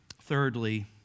Thirdly